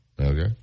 Okay